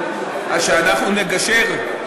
אז שאנחנו נגשר?